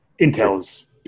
Intel's